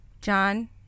John